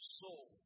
soul